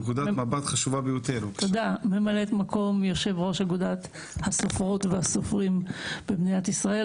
אני ממלאת מקום יושב-ראש אגודת הסופרות והסופרים במדינת ישראל,